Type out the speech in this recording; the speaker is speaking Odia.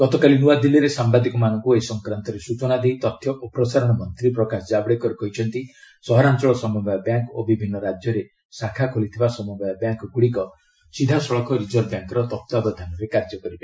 ଗତକାଲି ନୂଆଦିଲ୍ଲୀରେ ସାମ୍ବାଦିକମାନଙ୍କୁ ଏ ସଂକ୍ରାନ୍ତରେ ସୂଚନା ଦେଇ ତଥ୍ୟ ଓ ପ୍ରସାରଣ ମନ୍ତ୍ରୀ ପ୍ରକାଶ ଜାବଡେକର କହିଛନ୍ତି ସହରାଞ୍ଚଳ ସମବାୟ ବ୍ୟାଙ୍କ୍ ଓ ବିଭିନ୍ନ ରାଜ୍ୟରେ ଶାଖା ଖୋଲିଥିବା ସମବାୟ ବ୍ୟାଙ୍କ୍ଗୁଡ଼ିକ ସିଧାସଳଖ ରିଜର୍ଭ ବ୍ୟାଙ୍କ୍ର ତତ୍ୱାବଧାନରେ କାର୍ଯ୍ୟ କରିବ